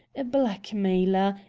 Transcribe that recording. a blackmailer,